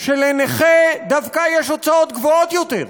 שלנכה דווקא יש הוצאות גבוהות יותר.